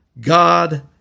God